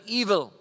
evil